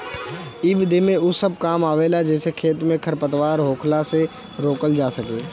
इ विधि में उ सब काम आवेला जेसे खेत में खरपतवार होखला से रोकल जा सके